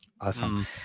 awesome